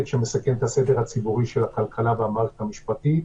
שמסכן את הסדר הציבורי של הכלכלה והמערכת המשפטית.